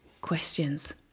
questions